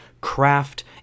craft